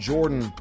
Jordan